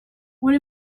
what